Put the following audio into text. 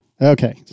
Okay